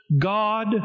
God